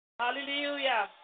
hallelujah